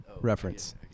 reference